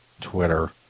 Twitter